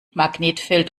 magnetfeld